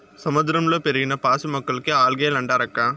సముద్రంలో పెరిగిన పాసి మొక్కలకే ఆల్గే లంటారక్కా